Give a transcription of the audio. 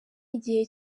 igihe